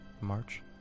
March